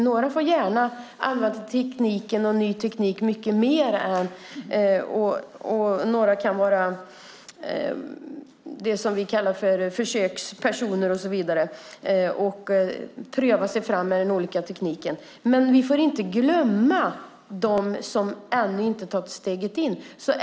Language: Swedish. Några får gärna använda tekniken, ny teknik, mycket mer, och några kan vara det som vi kallar för försökspersoner och så vidare och pröva sig fram med tekniken. Men vi får inte glömma dem som ännu inte tagit steget in.